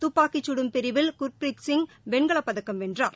துப்பாக்கிச் சுடும் பிரிவல் குர்பிரித் சிங் வெண்கலப்பதக்கம் வென்றார்